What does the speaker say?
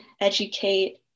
educate